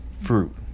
fruit